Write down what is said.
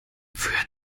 für